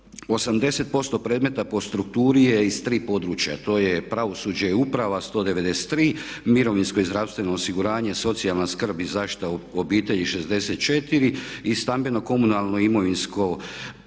80% predmeta po strukturi je iz tri područja. To je pravosuđe i uprava 193, mirovinsko i zdravstveno osiguranje, socijalna skrb i zaštita obitelji 64 i stambeno, komunalno i imovinsko i